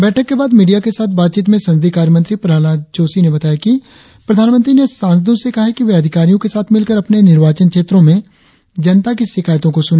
बैठक के बाद मीडिया के साथ बातचीत में संसदीय कार्य मंत्री प्रहलाद जोशी ने बताया कि प्रधानमंत्री ने सांसदों से कहा कि वे अधिकारियों के साथ मिलकर अपने निर्वाचन क्षेत्रों में जनता की शिकायतों को सुने